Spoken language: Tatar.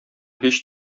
һич